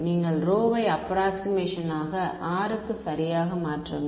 நீங்கள் ρ யை அப்ராக்க்ஷிமேஷனாக R க்கு சரியாக மாற்றுங்கள்